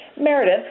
Meredith